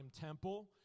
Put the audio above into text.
Temple